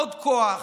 עוד כוח,